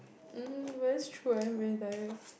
um but that's true I am very tired